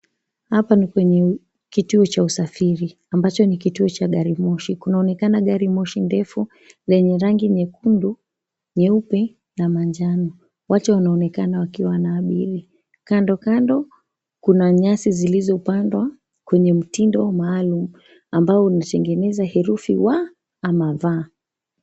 Hapa ni kwenye kituo cha usafiri ambacho ni kituo cha garimoshi. Kunaonekana garimoshi ndefu yenye rangi nyekundu, nyeupe na manjano. Watu wanaonekana wakiw wanaabiri. Kando kando kunanyasi zilizopandwa kwenye mtindo maalum ambao unatengeneza herufi W ama V.